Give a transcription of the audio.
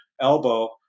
Elbow